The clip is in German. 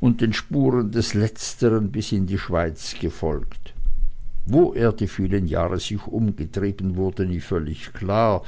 und den spuren des letztern nach der schweiz gefolgt wo er die vielen jahre sich umgetrieben wurde nie völlig klar